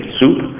soup